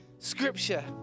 Scripture